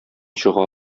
чыга